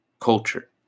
culture